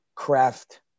Craft